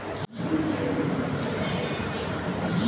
वित्तीय क्षेत्रो मे इक्विटी फंडो के सभ्भे से अच्छा दरजा मिललो छै